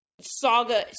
saga